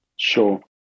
Sure